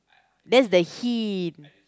that's the hint